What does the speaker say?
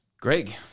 Greg